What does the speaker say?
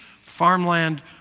farmland